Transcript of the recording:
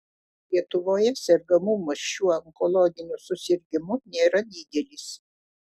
lietuvoje sergamumas šiuo onkologiniu susirgimu nėra didelis